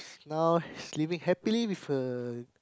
now she live happily with a